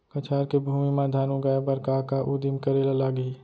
कछार के भूमि मा धान उगाए बर का का उदिम करे ला लागही?